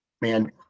man